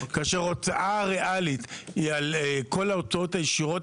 כאשר ההוצאה הריאלית היא על כל ההוצאות הישירות